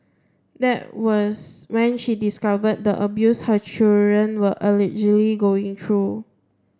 that was when she discovered the abuse her children were allegedly going through